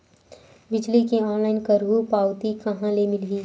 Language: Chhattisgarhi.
बिजली के ऑनलाइन करहु पावती कहां ले मिलही?